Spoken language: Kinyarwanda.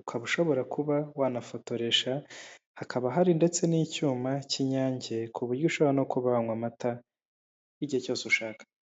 ukaba ushobora kuba wanafotoresha, hakaba hari ndetse n'icyuma cy'Inyange ku buryo ushobora no kuba wanywa amata igihe cyose ushaka.